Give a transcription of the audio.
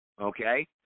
okay